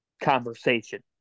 conversation